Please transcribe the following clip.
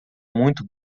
muito